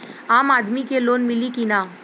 आम आदमी के लोन मिली कि ना?